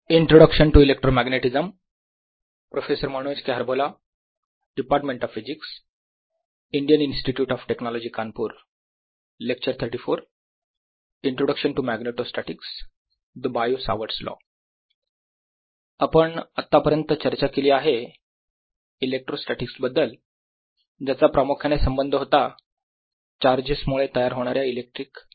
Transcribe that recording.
introduction to magnetostatics the Biot Savart's law आपण आतापर्यंत चर्चा केली आहे इलेक्ट्रोस्टॅटीक्स बद्दल ज्याचा प्रमुख्याने संबंध होता चार्जेस मुळे तयार होणाऱ्या इलेक्ट्रिक फील्ड शी